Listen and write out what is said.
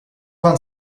vingt